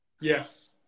Yes